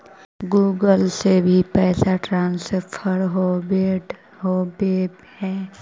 Google से भी पैसा ट्रांसफर होवहै?